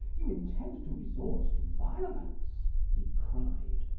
you intend to resort to violence? he cried.